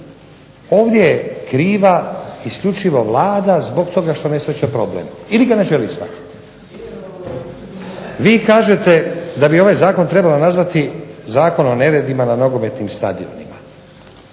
Ovdje je kriva isključivo Vlada zbog toga što ne shvaća problem ili ga ne želi shvatiti. Vi kažete da bi ovaj zakon trebalo nazvati zakon o neredima na nogometnim stadionima.